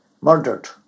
murdered